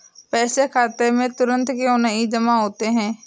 पैसे खाते में तुरंत क्यो नहीं जमा होते हैं?